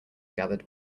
gathered